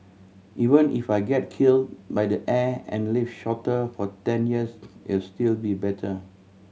even if I get killed by the air and live shorter for ten years it'll still be better